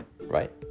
right